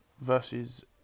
Versus